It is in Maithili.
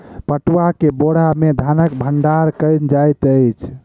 पटुआ के बोरा में धानक भण्डार कयल जाइत अछि